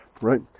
right